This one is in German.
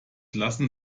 lassen